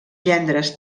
gendres